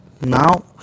Now